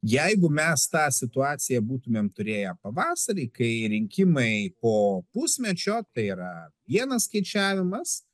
jeigu mes tą situaciją būtumėm turėję pavasarį kai rinkimai po pusmečio tai yra vienas skaičiavimas